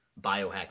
biohacking